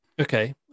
Okay